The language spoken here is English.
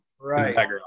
Right